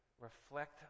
reflect